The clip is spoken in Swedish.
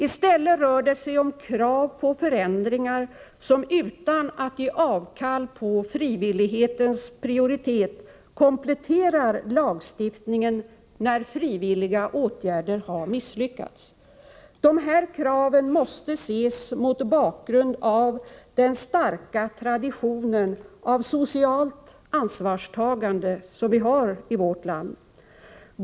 I stället rör det sig om krav på förändringar som, utan att man avstår från frivillighetens prioritet, kompletterar lagstiftningen när frivilliga åtgärder misslyckats. De här kraven måste ses mot bakgrund av den starka tradition av socialt ansvarstagande som vi har i vårt land.